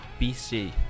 BC